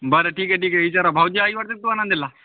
बरं ठीक आहे ठीक आहे विचारा भाऊजी आइल वाटतं तू आ नांदेडला